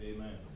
Amen